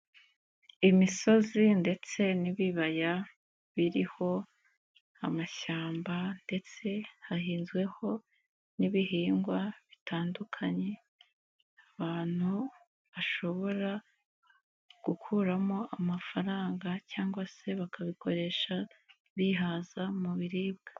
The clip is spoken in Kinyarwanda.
Imisozi ndetse n'ibibaya, biriho amashyamba ndetse hahinzweho n'ibihingwa bitandukanye, abantu bashobora gukuramo amafaranga cyangwa se bakabikoresha bihaza mu biribwa.